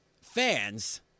Fans